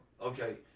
Okay